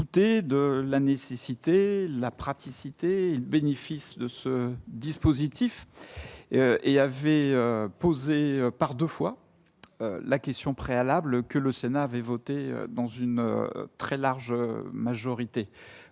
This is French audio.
douté de la nécessité la praticité bénéfice de ce dispositif et avait posé par 2 fois la question préalable que le Sénat avait voté dans une très large majorité